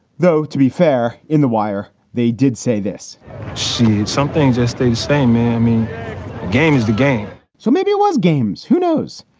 though, to be fair, in the wire, they did say this is something, just stay the same. i mean, game is the game. so maybe it was games. who knows?